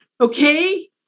Okay